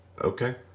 Okay